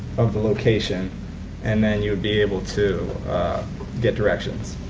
of the location and then you would be able to get directions.